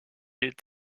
est